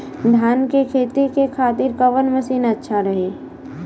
धान के खेती के खातिर कवन मशीन अच्छा रही?